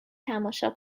تماشا